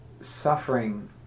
suffering